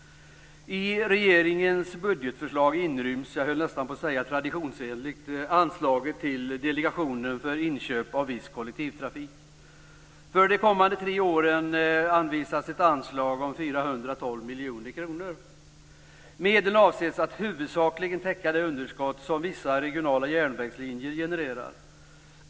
I regeringens budgetförslag inryms traditionsenligt anslaget till Delegationen för inköp av viss kollektivtrafik. För de kommande tre åren föreslås ett anslag om 412 miljoner kronor. Medlen avses att huvudsakligen täcka det underskott som vissa regionala järnvägslinjer genererar.